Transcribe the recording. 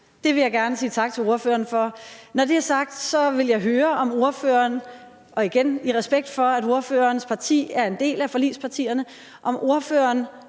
Det vil jeg gerne sige tak til ordføreren for. Når det er sagt, vil jeg høre – og igen i respekt for, at ordførerens parti er en del af forligspartierne – om ordføreren